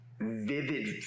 vivid